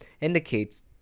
indicates